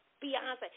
Beyonce